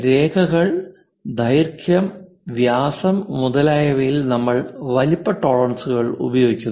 രേഖകൾ ദൈർഘ്യം വ്യാസം മുതലായവയിൽ നമ്മൾ വലുപ്പ ടോളറൻസുകൾ ഉപയോഗിക്കുന്നു